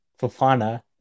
Fofana